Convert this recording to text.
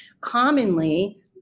Commonly